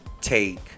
take